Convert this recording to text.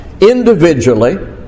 individually